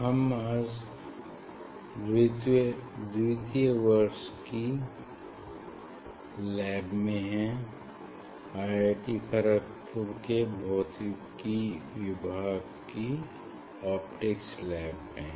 हम द्वितीय वर्ष की लैब में हैं आई आई टी खरगपुर के भौतिकी विभाग की ऑप्टिक्स लैब में हैं